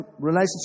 relationship